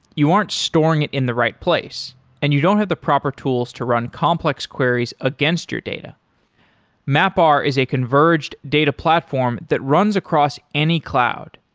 you aren't storing it in the right place and you don't have the proper tools to run complex queries against your data mapr is a converged data platform that runs across any cloud.